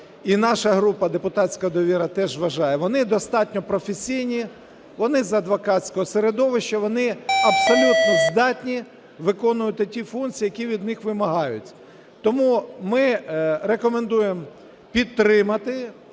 і наша група депутатська "Довіра" теж вважає, вони достатньо професійні, вони з адвокатського середовища, вони абсолютно здатні виконувати ті функції, які від них вимагають. Тому ми рекомендуємо підтримати